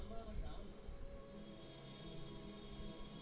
सरकार अनाज के भण्डारण करे खातिर हर गांव शहर में गोदाम बनावत हउवे